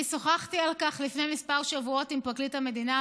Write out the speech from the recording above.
אני שוחחתי על כך לפני כמה שבועות עם פרקליט המדינה,